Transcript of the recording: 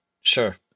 sure